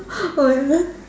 oh and then